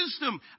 wisdom